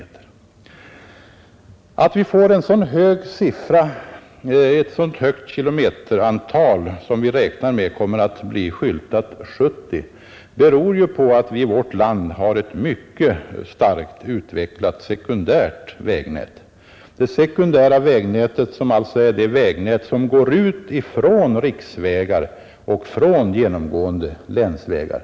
Att vi räknar med att ett så högt kilometerantal kommer att bli skyltat för 70 km hastighet beror ju på att vi i vårt land har ett mycket starkt utvecklat sekundärt vägnät, alltså det vägnät som går ut från riksvägar och från genomgående länsvägar.